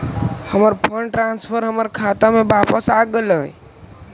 हमर fund transfer हमर खाता में वापस आगईल हे